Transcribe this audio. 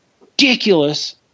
ridiculous